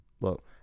Look